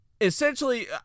essentially